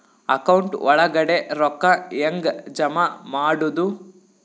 Account ಒಳಗಡೆ ರೊಕ್ಕ ಹೆಂಗ್ ಜಮಾ ಮಾಡುದು?